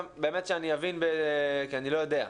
באמת שאני אבין, כי אני לא יודע.